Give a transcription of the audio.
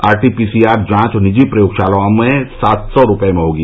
RTPCR जॉच निजी प्रयोगशाला में सात सौ रूपये में होगी